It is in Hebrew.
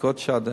בדיקות שד,